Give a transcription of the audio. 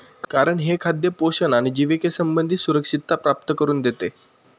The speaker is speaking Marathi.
कारण हे खाद्य पोषण आणि जिविके संबंधी सुरक्षितता प्राप्त करून देते